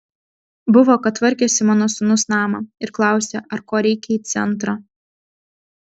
buvo kad tvarkėsi mano sūnus namą ir klausia ar ko reikia į centrą